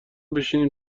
بشنیم